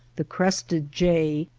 the crested jay,